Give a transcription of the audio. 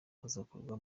azakorwa